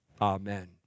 Amen